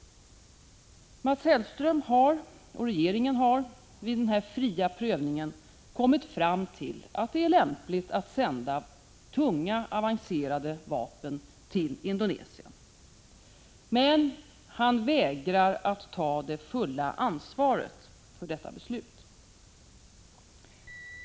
Mats Hellström och regeringen har vid denna fria prövning kommit fram till att det är lämpligt att sända tunga, avancerade vapen till Indonesien. Men Mats Hellström vägrar att ta det fulla ansvaret för detta beslut.